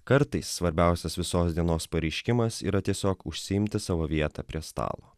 kartais svarbiausias visos dienos pareiškimas yra tiesiog užsiimti savo vietą prie stalo